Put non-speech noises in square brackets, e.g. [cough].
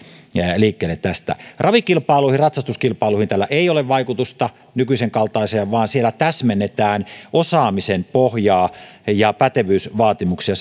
liikkeelle tästä nykyisenkaltaisiin ravikilpailuihin ratsastuskilpailuihin tällä ei ole vaikutusta vaan siellä täsmennetään osaamisen pohjaa ja pätevyysvaatimuksia [unintelligible]